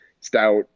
stout